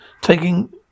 taking